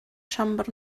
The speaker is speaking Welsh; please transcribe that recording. siambr